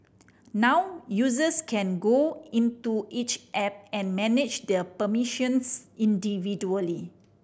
now users can go into each app and manage the permissions individually